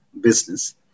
business